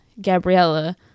Gabriella